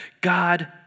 God